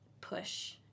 push